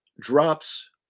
drops